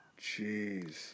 Jeez